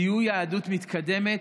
תהיו יהדות מתקדמת,